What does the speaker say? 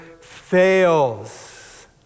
fails